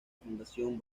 fundación